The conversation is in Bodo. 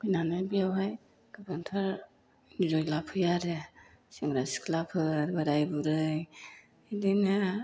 फैनानै बेयावहाय गोबांथार एन्जय लाफैयो आरो सेंग्रा सिख्लाफोर बोराइ बुरै इदिनो